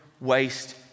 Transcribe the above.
waste